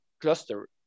cluster